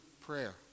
prayer